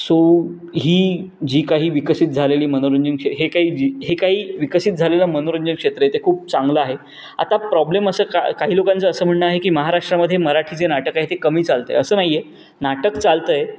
so ही जी काही विकसित झालेली मनोरंजन शे हे काही जी हे काही विकसित झालेलं मनोरंजन क्षेत्र आहे ते खूप चांगलं आहे आता प्रॉब्लेम असं का काही लोकांचं असं म्हणणं आहे की महाराष्ट्रामध्ये मराठी जे नाटक आहे ते कमी चालत आहे असं नाही आहे नाटक चालत आहे